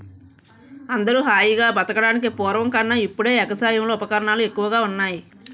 అందరూ హాయిగా బతకడానికి పూర్వం కన్నా ఇప్పుడే ఎగసాయంలో ఉపకరణాలు ఎక్కువగా ఉన్నాయ్